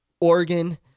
Oregon